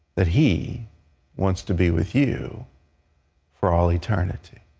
that he wants to be with you for all eternity.